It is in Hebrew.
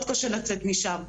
מאוד קשה לצאת משם,